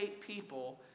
people